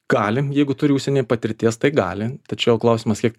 galim jeigu turi užsienyje patirties tai gali tačiau klausimas kiek